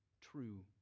true